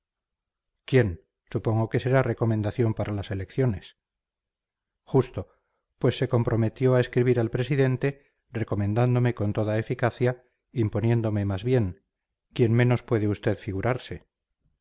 quién supongo que será recomendación para las elecciones justo pues se comprometió a escribir al presidente recomendándome con toda eficacia imponiéndome más bien quien menos puede usted figurarse